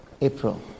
april